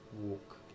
walk